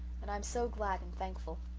and i am so glad and thankful.